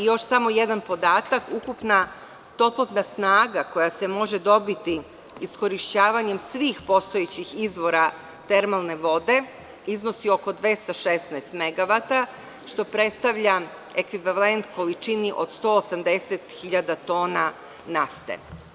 Ukupna toplotna snaga koja se može dobiti iskorišćavanjem svih postojećih izvora termalne vode iznosi oko 216 megavata, što predstavlja ekvivalent količini od 180.000 tona nafte.